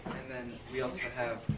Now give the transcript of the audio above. and then we also have